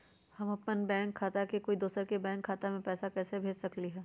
हम अपन बैंक खाता से कोई दोसर के बैंक खाता में पैसा कैसे भेज सकली ह?